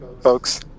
folks